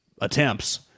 attempts